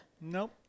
nope